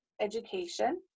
Education